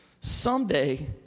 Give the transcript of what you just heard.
someday